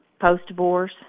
post-divorce